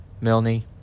Milne